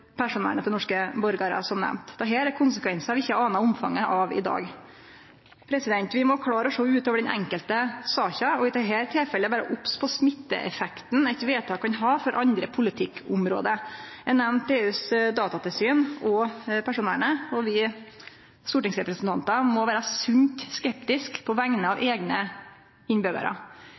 personvernet til norske borgarar, som nemnt. Dette er konsekvensar vi ikkje anar omfanget av i dag. Vi må klare å sjå utover den enkelte saka, og i dette tilfellet vere obs på smitteeffekten eit vedtak kan ha for andre politikkområde. Eg nemnde EUs datatilsyn og personvernet, og vi stortingsrepresentantar må vere sunt skeptiske på vegner av eigne